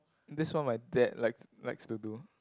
that's what my dad likes likes to do